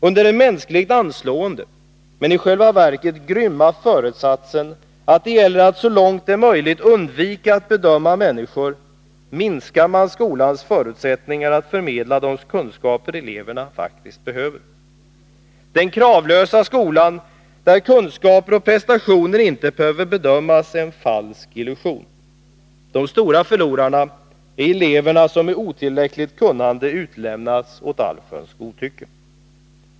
Under den mänskligt anslående, men i själva verket grymma, föresatsen att det gäller att så långt det är möjligt undvika att bedöma människor, minskar man skolans förutsättningar att förmedla de kunskaper eleverna faktiskt behöver. Den kravlösa skolan, där kunskaper och prestationer inte behöver bedömas, är en falsk illusion. De stora förlorarna är eleverna, som med otillräckligt kunnande utlämnas åt allsköns godtycke.